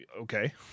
okay